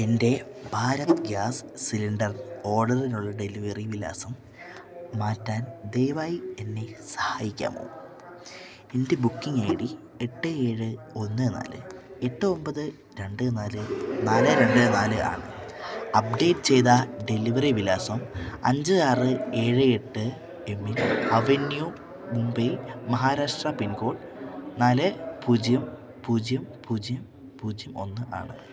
എൻ്റെ Bharat gas cylinder ഓർഡറിനുള്ള delivery വിലാസം മാറ്റാൻ ദയവായി എന്നെ സഹായിക്കാമോ എൻ്റെ ബുക്കിംഗ് ഐ ഡി എട്ട് ഏഴ് ഒന്ന് നാല് എട്ട് ഒമ്പത് രണ്ട് നാല് നാല് രണ്ട് നാല് ആണ് അപ്ഡേറ്റ് ചെയ്ത ഡെലിവറി വിലാസം അഞ്ച് ആറ് ഏഴ് എട്ട് എമിൻ അവന്യൂ മുംബൈ മഹാരാഷ്ട്ര പിൻകോഡ് നാല് പൂജ്യം പൂജ്യം പൂജ്യം പൂജ്യം ഒന്ന് ആണ്